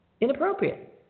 inappropriate